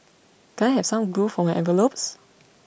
can I have some glue for my envelopes